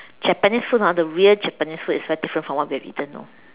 Japanese food hor the real Japanese food is very different from what we have eaten you know